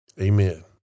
Amen